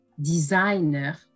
designer